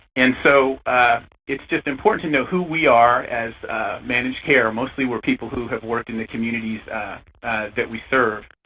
and so it's just important to know who we are as managed care. mostly we're people who have worked in the communities that we serve.